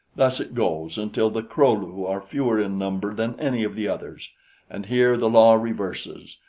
thus it goes until the kro-lu are fewer in number than any of the others and here the law reverses,